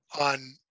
on